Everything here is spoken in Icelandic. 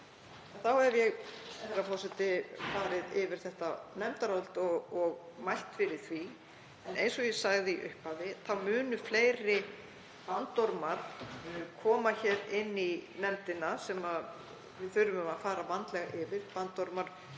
Þá hef ég, herra forseti, farið yfir nefndarálitið og mælt fyrir því. Eins og ég sagði í upphafi munu fleiri bandormar koma inn í nefndina sem við þurfum að fara vandlega yfir, bandormar